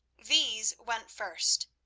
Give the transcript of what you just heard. these went first.